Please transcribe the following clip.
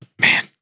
man